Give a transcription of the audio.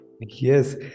Yes